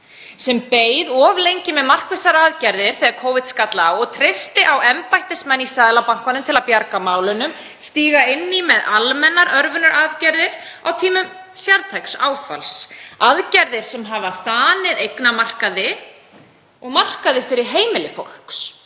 sem beið of lengi með markvissar aðgerðir þegar Covid skall á. Hún treysti á embættismenn í Seðlabankanum til að bjarga málunum og stíga inn í með almennar örvunaraðgerðir á tímum sértæks áfalls, aðgerðir sem hafa þanið eignamarkaði og markað fyrir heimili fólks.